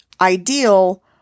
ideal